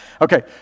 Okay